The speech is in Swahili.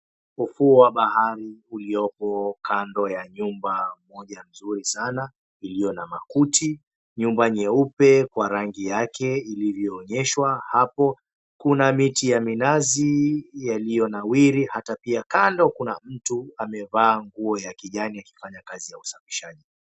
Ufuo wa bahari ulioko kando ya nyumba moja nzuri sana iliyo na makuti. Nyumba nyeupe kwa rangi yake ilivyoonyeshwa hapo. Kuna miti ya minazi yaliyonawiri hata pia kando kuna mtu amevaa nguo ya kijani akifanya kazi za usafishaji.